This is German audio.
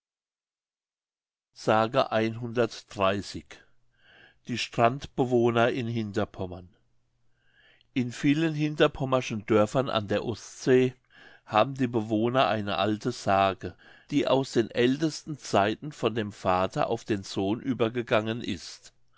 s die strandbewohner in hinterpommern in vielen hinterpommerschen dörfern an der ostsee haben die bewohner eine alte sage die aus den ältesten zeiten von dem vater auf den sohn übergegangen ist